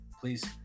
Please